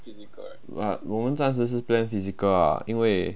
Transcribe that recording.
but 我们暂时是 plan physical ah 因为